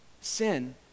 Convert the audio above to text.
Sin